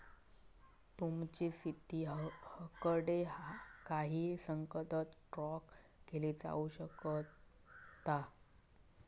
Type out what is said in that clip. तुमची स्थिती हकडे काही सेकंदात ट्रॅक केली जाऊ शकता